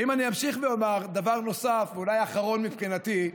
אני ואומר דבר נוסף, אולי אחרון מבחינתי,